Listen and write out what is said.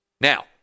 Now